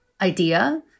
idea